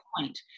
point